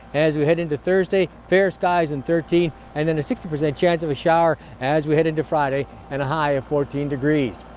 as we head into thursday, fair skies and thirteen, and then a sixty percent chance of a shower as we head into friday and a high of fourteen degrees.